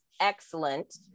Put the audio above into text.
excellent